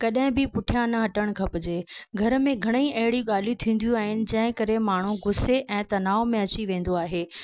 कॾहिं बि पुठिया न हटणु खपजे घर में घणेई अहिड़ी ॻाल्हियूं थींदियूं आहिनि जंहिं करे माण्हू गुस्से ऐं तनाव में अची वेंदो आहे